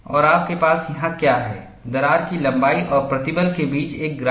और आपके पास यहां क्या है दरार की लंबाई और प्रतिबल के बीच एक ग्राफ